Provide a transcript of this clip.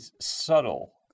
subtle